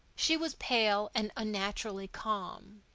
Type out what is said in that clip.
she was pale and unnaturally calm.